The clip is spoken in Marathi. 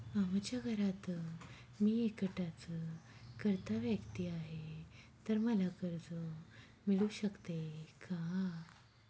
आमच्या घरात मी एकटाच कर्ता व्यक्ती आहे, तर मला कर्ज मिळू शकते का?